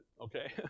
okay